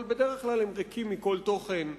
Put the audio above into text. אבל בדרך כלל הם ריקים מכל תוכן,